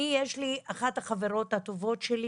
אחת החברות הטובות שלי